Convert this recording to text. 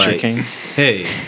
hey